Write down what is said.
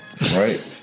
Right